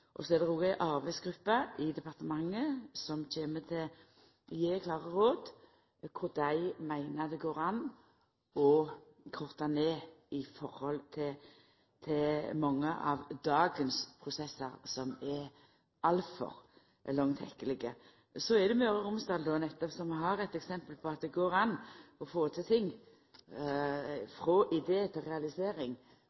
og så er det òg ei arbeidsgruppe i departementet som kjem til å gje klare råd om kva den meiner det går an å korta ned i høve til mange av dagens prosessar, som er altfor langtekkelege. Nettopp Møre og Romsdal har eit eksempel på at det går an å få til ting,